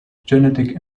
genetic